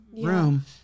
room